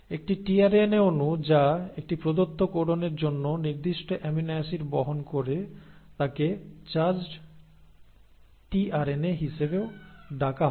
একটি টিআরএনএ অণু যা একটি প্রদত্ত কোডনের জন্য নির্দিষ্ট অ্যামিনো অ্যাসিড বহন করে তাকে চার্জড টিআরএনএ হিসাবেও ডাকা হয়